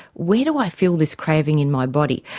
where do i feel this craving in my body?